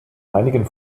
einigen